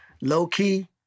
low-key